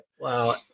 Wow